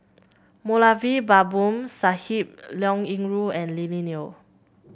Moulavi Babu Sahib Liao Yingru and Lily Neo